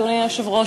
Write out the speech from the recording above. אדוני היושב-ראש,